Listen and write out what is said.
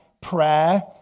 prayer